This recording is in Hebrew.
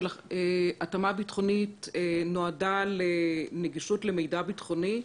התאמה ביטחונית נועדה לנגישות למידע ביטחוני.